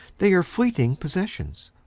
they are fleeting possessions,